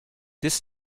this